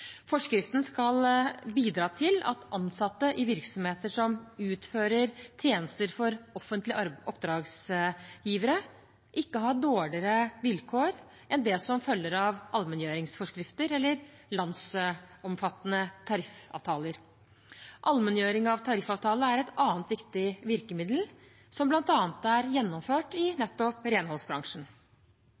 Forskriften skal bidra til at ansatte i virksomheter som utfører tjenester for offentlige oppdragsgivere, ikke har dårligere vilkår enn det som følger av allmenngjøringsforskrifter eller landsomfattende tariffavtaler. Allmenngjøring av tariffavtale er et annet viktig virkemiddel, som bl.a. er gjennomført i nettopp renholdsbransjen.